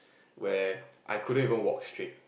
where I couldn't even walk straight